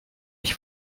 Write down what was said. ich